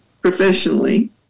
professionally